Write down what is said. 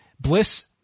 bliss